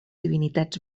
divinitats